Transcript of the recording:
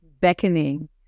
beckoning